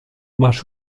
masz